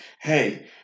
hey